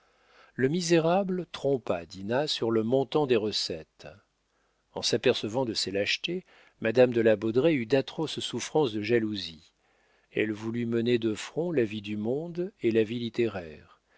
le misérable trompa dinah sur le montant des recettes en s'apercevant de ces lâchetés madame de la baudraye eut d'atroces souffrances de jalousie elle voulut mener de front la vie du monde et la vie littéraire